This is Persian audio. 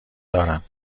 دارم